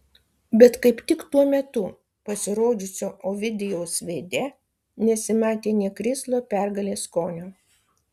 bet kaip tik tuo metu pasirodžiusio ovidijaus veide nesimatė nė krislo pergalės skonio